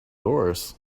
doors